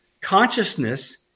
consciousness